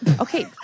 Okay